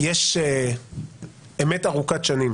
יש אמת ארוכת שנים